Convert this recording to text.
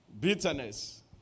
Bitterness